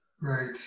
Right